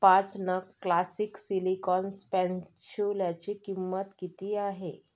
पाच नग classic silicone स्पॅनच्युलाची किंमत किती आहे